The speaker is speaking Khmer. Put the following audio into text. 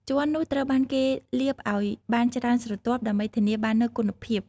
ជ័រនោះត្រូវបានគេលាបឲ្យបានច្រើនស្រទាប់ដើម្បីធានាបាននូវគុណភាព។